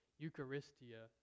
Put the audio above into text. Eucharistia